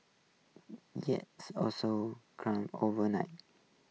yields also climbed overnight